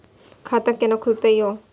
खाता केना खुलतै यो